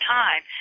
time